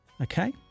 Okay